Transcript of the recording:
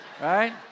right